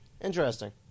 Interesting